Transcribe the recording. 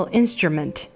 instrument